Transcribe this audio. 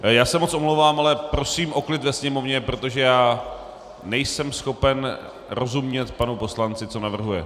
Já se moc omlouvám, ale prosím o klid ve sněmovně, protože nejsem schopen rozumět panu poslanci, co navrhuje...